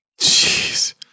Jeez